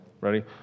Ready